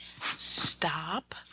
Stop